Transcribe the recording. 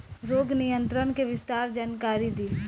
रोग नियंत्रण के विस्तार जानकारी दी?